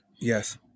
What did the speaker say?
Yes